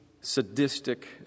sadistic